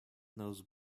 knows